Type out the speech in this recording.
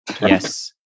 Yes